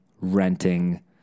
renting